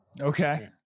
Okay